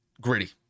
Gritty